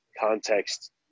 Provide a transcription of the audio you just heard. context